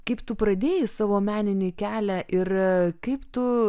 kaip tu pradėjai savo meninį kelią ir kaip tu